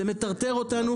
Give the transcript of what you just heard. זה מטרטר אותנו,